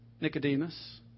Nicodemus